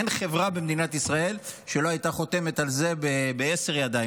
אין חברה במדינת ישראל שלא הייתה חותמת על זה בעשר ידיים,